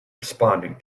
responding